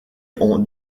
ont